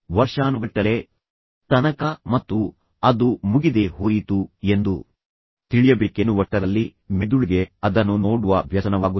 ವರ್ಷಾನುಗಟ್ಟಲೆ ತೋರಿಸಿದರೂ ನೋಡುತ್ತಲೇ ಇರುತ್ತದೆ ಎಂದು ತಿಳಿಯುವ ತನಕ ಮತ್ತು ಅದು ಮುಗಿದೇ ಹೋಯಿತು ಎಂದು ತಿಳಿಯಬೇಕೆನ್ನುವಷ್ಟರಲ್ಲಿ ಮೆದುಳಿಗೆ ಅದನ್ನು ನೋಡುವ ವ್ಯಸನವಾಗುತ್ತದೆ